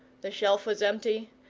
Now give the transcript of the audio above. the shelf was empty,